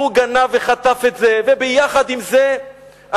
והוא גנב וחטף את זה, וביחד עם זה האיש